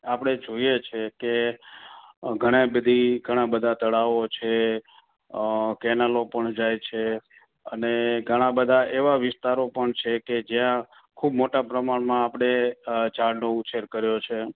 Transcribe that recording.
આપણે જોઈએ છે કે ઘણી બધી ઘણા બધા તળાવો છે અ કેનાલો પણ જાય છે અને ઘણા બધા એવા વિસ્તારો પણ છે કે જ્યાં ખૂબ મોટા પ્રમાણમાં આપણે અ ઝાડનો ઉછેર કર્યો છે